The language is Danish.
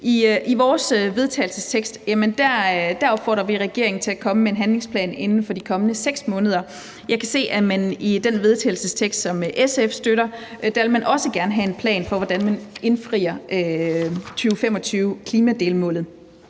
I vores vedtagelsestekst opfordrer vi regeringen til at komme med en handlingsplan inden for de kommende 6 måneder. Jeg kan se, at i den vedtagelsestekst, som SF støtter, vil man også gerne have en plan for, hvordan man indfrier 2025-klimadelmålet.